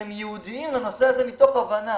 שהם ייעודיים לנושא הזה, מתוך הבנה